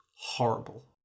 horrible